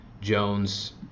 Jones